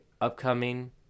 upcoming